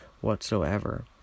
whatsoever